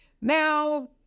now